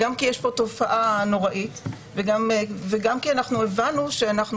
גם כי יש פה תופעה נוראית וגם כי אנחנו הבנו שאנחנו